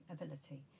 ability